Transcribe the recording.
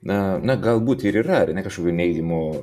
na na galbūt ir yra kažkokių neigiamų